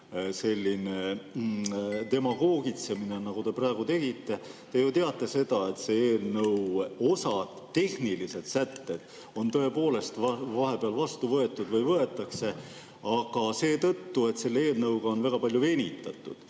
selline demagoogitsemine, nagu te praegu tegite. Te ju teate seda, et sellest eelnõust osa tehnilisi sätteid on tõepoolest vahepeal vastu võetud või alles võetakse – seetõttu, et selle eelnõuga on väga palju venitatud.